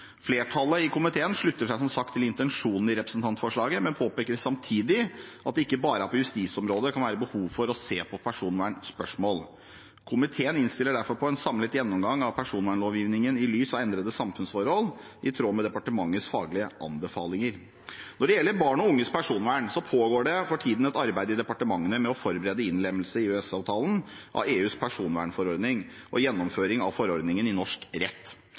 Flertallet i komiteen slutter seg som sagt til intensjonene i representantforslaget, men påpeker samtidig at det ikke bare er på justisområdet det kan være behov for å se på personvernspørsmål. Komiteen innstiller derfor på en samlet gjennomgang av personvernlovgivningen i lys av endrede samfunnsforhold i tråd med departementets faglige anbefalinger. Når det gjelder barn og unges personvern, pågår det for tiden et arbeid i departementet med å forberede innlemmelse i EØS-avtalen av EUs personvernforordning og gjennomføring av forordningen i norsk rett.